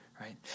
right